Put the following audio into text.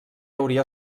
hauria